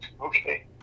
Okay